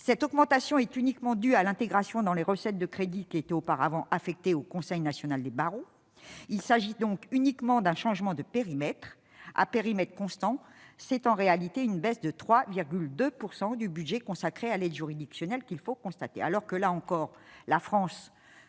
cette augmentation est uniquement due à l'intégration dans les recettes de crédit qui était auparavant affecté au Conseil national des barreaux, il s'agit donc uniquement d'un changement de périmètre à périmètre constant, c'est en réalité une baisse de 3,2 pourcent du budget consacré à l'aide juridictionnelle, qu'il faut constater,